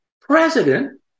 president